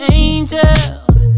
angels